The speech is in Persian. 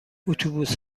اتوبوس